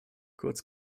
kurz